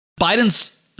Biden's